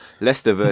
Leicester